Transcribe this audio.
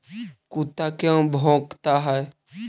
कुत्ता क्यों भौंकता है?